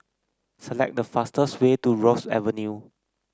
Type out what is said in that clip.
select the fastest way to Rosyth Avenue